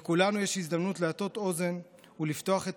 לכולנו יש הזדמנות להטות אוזן ולפתוח את